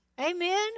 Amen